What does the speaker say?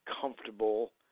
comfortable